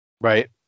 Right